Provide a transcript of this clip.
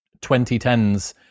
2010s